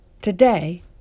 today